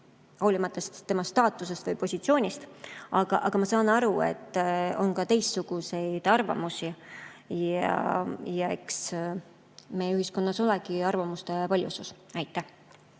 hoolimata tema staatusest või positsioonist. Aga ma saan aru, et on ka teistsuguseid arvamusi. Ja eks meie ühiskonnas olegi arvamuste paljusus. Aitäh!